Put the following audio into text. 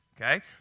okay